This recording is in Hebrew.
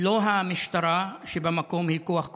לא המשטרה, שבמקום היא כוח כובש,